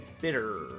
bitter